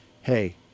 hey